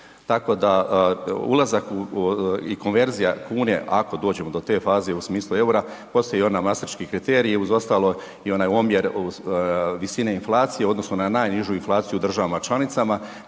Tako da ulazak i konverzija kune ako dođemo do te faze u smislu eura postoji i onaj mastriški kriteriji uz ostalo i onaj omjer visine inflacije u odnosu na najnižu inflaciju u državama članicama